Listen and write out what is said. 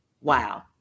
wow